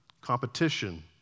competition